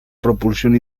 propulsión